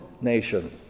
nation